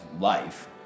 life